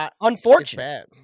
unfortunate